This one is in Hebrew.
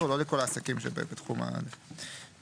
לא על לכלוך, בכב"ה יש גם מדרג של דברים.